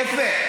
יפה.